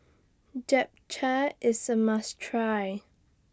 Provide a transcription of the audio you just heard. Japchae IS A must Try